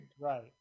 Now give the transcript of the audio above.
Right